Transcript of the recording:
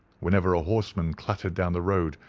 whenever a horseman clattered down the road,